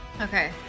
Okay